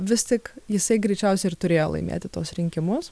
vis tik jisai greičiausiai ir turėjo laimėti tuos rinkimus